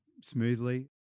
smoothly